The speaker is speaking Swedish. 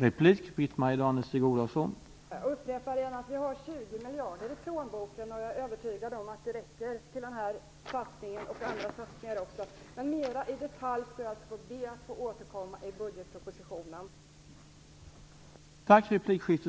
Herr talman! Jag upprepar att vi har 20 miljarder i plånboken, och jag är övertygad om att det räcker till den här satsningen och andra satsningar också. Men jag skall be att få återkomma mer i detalj